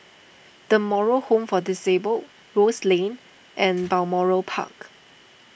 the Moral Home for Disabled Rose Lane and Balmoral Park